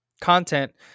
content